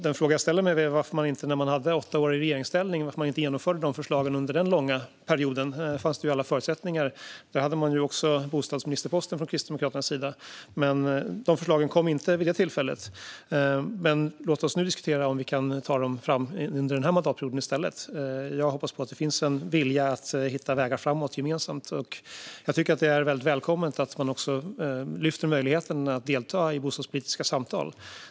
Den fråga jag ställer mig är varför man inte genomförde de förslagen under de åtta år då man satt i regeringsställning. Under den långa perioden fanns ju alla förutsättningar för det, och då hade Kristdemokraterna dessutom bostadsministerposten. De förslagen kom dock inte vid det tillfället. Men låt oss nu diskutera om vi kan ta fram dem under den här mandatperioden i stället. Jag hoppas att det finns en vilja att hitta vägar framåt gemensamt. Jag tycker att det är mycket välkommet att man lyfter fram möjligheten att delta i bostadspolitiska samtal.